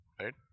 Right